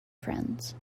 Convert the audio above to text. friends